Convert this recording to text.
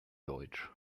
deutsch